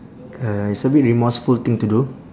uh it's a bit remorseful thing to do